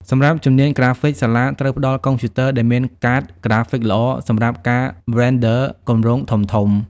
សម្រាប់ជំនាញក្រាហ្វិក សាលាត្រូវផ្តល់កុំព្យូទ័រដែលមានកាតក្រាហ្វិកល្អសម្រាប់ការ Render គម្រោងធំៗ។